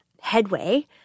headway